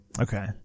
Okay